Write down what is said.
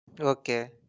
Okay